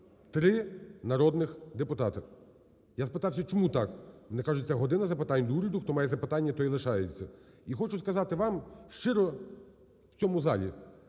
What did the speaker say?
3 народних депутати. Я спитався: чому так? Вони кажуть: це "година запитань до Уряду", хто має запитання, той і лишається. І хочу сказати вам щиро в цьому залі: